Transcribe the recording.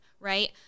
right